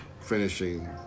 finishing